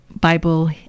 bible